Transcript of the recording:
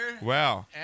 Wow